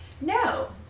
No